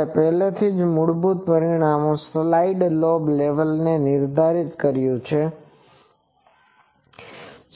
આપણે પહેલાથી જ મૂળભૂત પરિમાણોમાં સાઇડ લોબ લેવલને નિર્ધારિત કર્યું છે